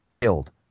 killed